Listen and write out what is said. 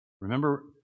Remember